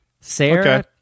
Sarah